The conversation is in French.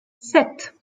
sept